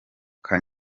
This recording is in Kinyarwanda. ayo